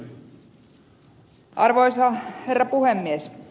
arvoisa herra puhemies